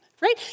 right